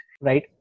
Right